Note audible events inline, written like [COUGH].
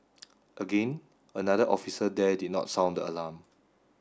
[NOISE] again another officer there did not sound the alarm